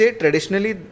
traditionally